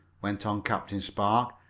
went on captain spark.